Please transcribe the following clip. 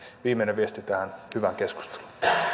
viimeinen viesti tähän hyvään keskusteluun